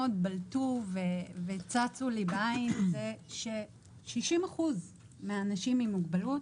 בלטו וצצו לי בעין הם ש-60% מן האנשים עם מוגבלות